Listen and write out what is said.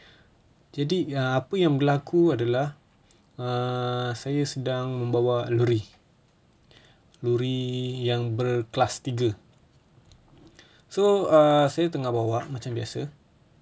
jadi ah apa yang berlaku adalah err saya sedang membawa lori lori yang berkelas tiga so err saya tengah bawa macam biasa